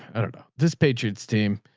i don't know this patriots team.